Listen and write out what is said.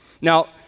Now